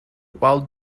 while